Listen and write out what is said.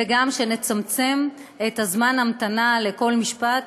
וגם שנצמצם את זמן ההמתנה לכל משפט,